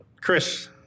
Chris